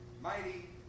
mighty